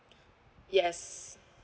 yes